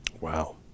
Wow